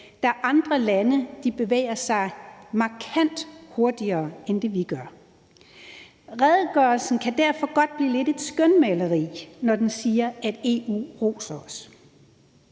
da andre lande bevæger sig markant hurtigere end det, vi gør. Redegørelsen kan derfor godt blive lidt et skønmaleri, når den siger, at EU roser os.